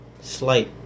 slight